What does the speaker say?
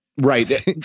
Right